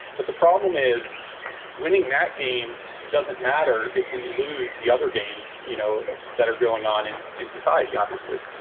but the problem is winning that game doesn't matter if we lose the other games. you know, better going on in in society, obviously.